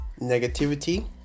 negativity